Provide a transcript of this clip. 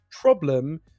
problem